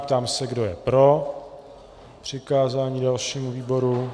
Ptám se, kdo je pro přikázání dalšímu výboru.